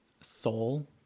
Soul